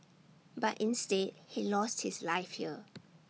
but instead he lost his life here